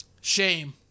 Shame